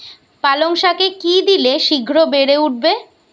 পালং শাকে কি দিলে শিঘ্র বেড়ে উঠবে?